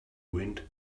wind